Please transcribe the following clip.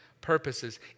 purposes